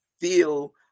feel